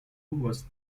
was